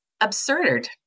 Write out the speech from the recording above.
absurd